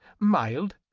mild,